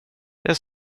det